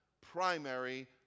primary